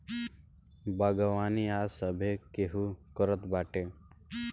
बागवानी आज सभे केहू करत बाटे